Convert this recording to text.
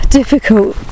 difficult